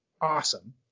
awesome